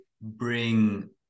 bring